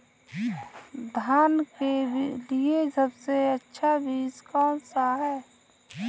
धान के लिए सबसे अच्छा बीज कौन सा है?